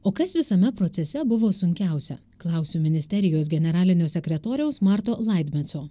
o kas visame procese buvo sunkiausia klausiu ministerijos generalinio sekretoriaus marto laidmetso